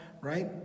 right